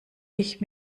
ich